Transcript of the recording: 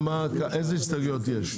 אילו הסתייגויות יש?